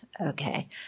okay